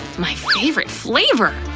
my favorite flavor.